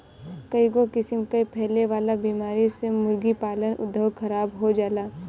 कईगो किसिम कअ फैले वाला बीमारी से मुर्गी पालन उद्योग खराब हो जाला